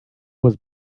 was